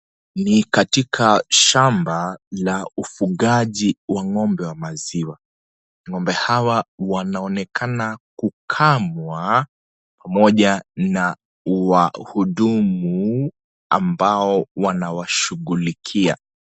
Ni katika shamba la ufugaji wa ng'ombe wa maziwa. Ng'ombe hawa wanaonekana kukamwa pamoja na wahudumu ambao wanawashughulikia.